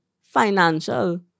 financial